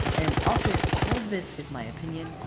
and also all of this is my opinion.